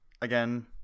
again